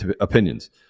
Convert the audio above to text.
opinions